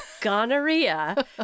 gonorrhea